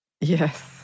Yes